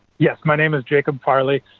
yes, my name is jacob farley,